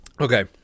Okay